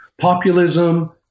Populism